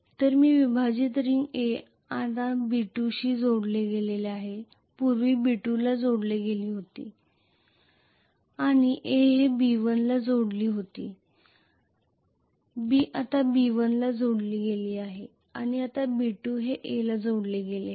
तर ही विभाजित रिंग A आता B2 शी जोडलेली आहे पूर्वी B2 ला जोडली गेली होती आणि A हे B1 ला जोडली होती B आता B1 ला जोडली गेली आहे आणि B2 हे A ला जोडली आहे